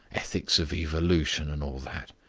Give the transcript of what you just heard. ethics of evolution and all that.